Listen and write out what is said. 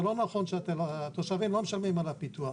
זה לא נכון, התושבים לא משלמים על הפיתוח.